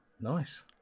nice